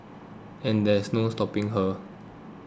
and there is no stopping her